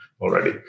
already